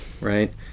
right